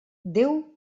déu